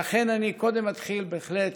לכן, אני קודם אתחיל בהחלט